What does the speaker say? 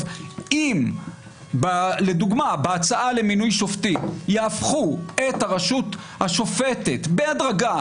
אם בהצעה למינוי שופטים יהפכו את הרשות השופטת בהדרגה